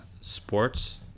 sports